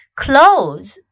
clothes